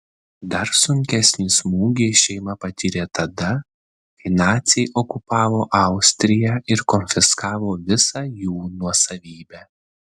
dar sunkesnį smūgį šeima patyrė tada kai naciai okupavo austriją ir konfiskavo visą jų nuosavybę